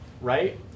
right